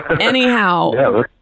anyhow